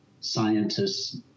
scientists